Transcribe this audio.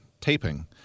taping